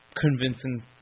convincing